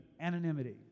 Anonymity